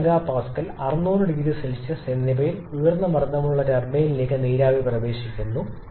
15 MPa 600 0C എന്നിവയിൽ ഉയർന്ന മർദ്ദമുള്ള ടർബൈനിലേക്ക് നീരാവി പ്രവേശിക്കുന്നു